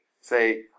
say